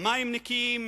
מים נקיים,